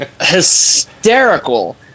hysterical